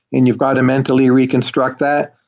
and you've got to mentally reconstruct that.